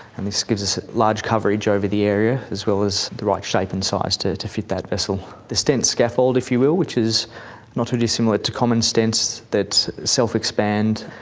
and this gives us a large coverage over the area as well as the right shape and size to to fit that vessel. the stent scaffold, if you will, which is not too dissimilar to common stents that self-expand,